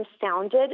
sounded